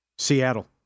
Seattle